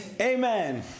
Amen